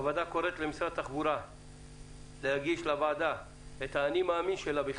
הוועדה קוראת למשרד התחבורה להגיש לוועדה את ה"אני מאמין" שלו,